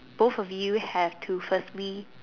both of you have to firstly